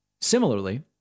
Similarly